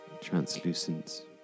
translucent